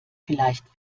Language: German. vielleicht